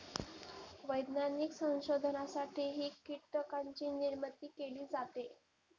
वैज्ञानिक संशोधनासाठीही कीटकांची निर्मिती केली जाते